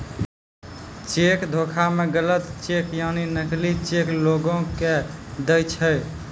cheque धोखा मे गलत चेक या नकली चेक लोगो के दय दै छै